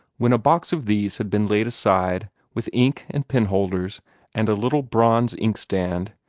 when a box of these had been laid aside, with ink and pen-holders and a little bronze inkstand,